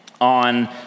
on